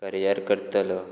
career करतलो